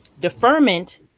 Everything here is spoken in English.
Deferment